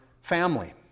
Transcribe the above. family